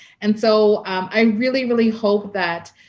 and so i really, really hope that,